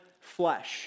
flesh